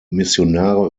missionare